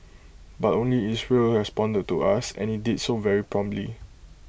but only Israel responded to us and IT did so very promptly